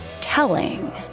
telling